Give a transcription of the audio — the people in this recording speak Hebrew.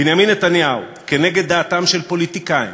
בנימין נתניהו, כנגד דעתם של פוליטיקאים,